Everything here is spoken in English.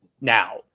now